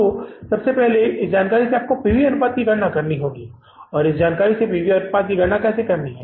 तो सबसे पहले आपको इस जानकारी से P V अनुपात की गणना करनी है और इस जानकारी से P V अनुपात की गणना कैसे करनी है